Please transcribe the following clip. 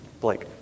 Blake